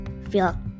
feel